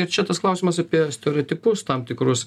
ir čia tas klausimas apie stereotipus tam tikrus